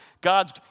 God's